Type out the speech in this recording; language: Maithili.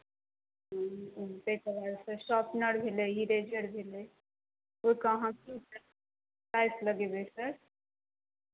ह्म्म ताहिके बादसँ शॉर्पनर भेलै इरेजर भेलै ओहिके अहाँ की प्राइस लगयबै सर